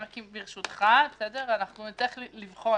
ברשותך, נצטרך לבחון.